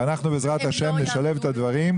אז בעזרת השם נשלב את הדברים.